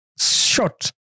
short